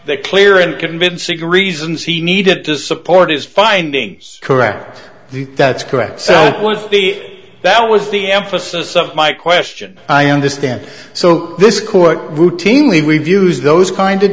that clear and convincing reasons he needed to support his findings correct the that's correct so was he that was the emphasis of my question i understand so this court routinely reviews those kind of